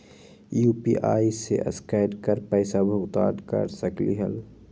UPI से scan कर पईसा भुगतान कर सकलीहल?